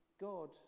God